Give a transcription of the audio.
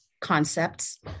concepts